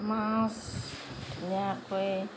মাছ ধুনীয়াকৈ